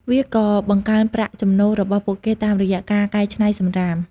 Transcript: វាក៏បង្កើនប្រាក់ចំណូលរបស់ពួកគេតាមរយៈការកែច្នៃសំរាម។